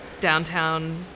downtown